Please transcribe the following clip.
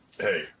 hey